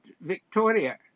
Victoria